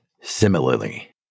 similarly